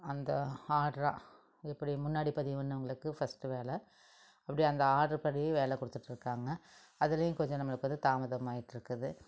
அந்த ஆட்ராக எப்படி முன்னாடி பதிவு பண்ணவங்களுக்கு ஃபஸ்ட்டு வேலை அப்படி அந்த ஆட்ரு படி வேலை கொடுத்துட்ருக்காங்க அதிலையும் கொஞ்சம் நம்மளுக்கு வந்து தாமதம் ஆகிட்ருக்குது